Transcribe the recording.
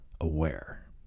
aware